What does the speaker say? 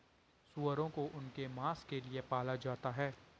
सूअरों को उनके मांस के लिए पाला जाता है